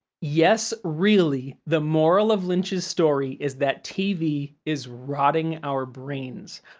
yes, really, the moral of lynch's story is that tv is rotting our brains.